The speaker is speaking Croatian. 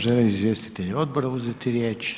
Žele li izvjestitelji odbora uzeti riječ?